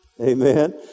Amen